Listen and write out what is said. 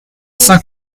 saint